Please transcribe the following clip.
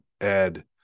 Ed